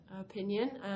opinion